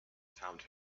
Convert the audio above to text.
found